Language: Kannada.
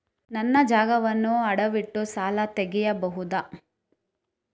ನನ್ನ ಜಾಗವನ್ನು ಅಡವಿಟ್ಟು ಸಾಲ ತೆಗೆಯಬಹುದ?